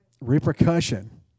repercussion